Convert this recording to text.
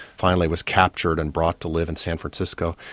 finally was captured and brought to live in san francisco.